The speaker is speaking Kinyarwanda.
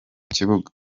kibuga